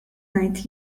ngħid